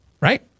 right